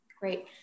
Great